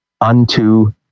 unto